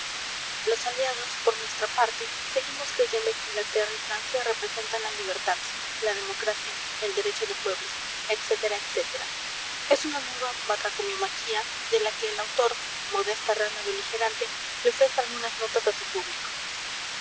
los aliados por nuestra parte seguimos creyendo que inglaterra y francia representan la libertad la democracia el derecho de pueblos etc etc es una nueva batracomiomaquia de la que el autor modesta rana beligerante le ofrece algunas notas a su público